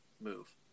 move